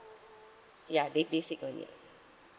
ya the basic only